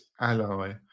Ally